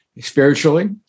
spiritually